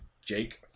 Jake